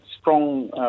strong